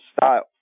style